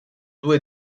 due